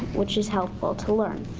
which is helpful to learn.